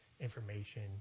information